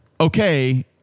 Okay